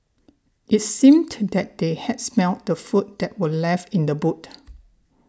it's seemed that they had smelt the food that were left in the boot